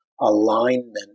alignment